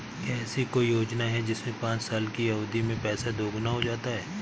क्या ऐसी कोई योजना है जिसमें पाँच साल की अवधि में पैसा दोगुना हो जाता है?